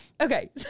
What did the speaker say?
Okay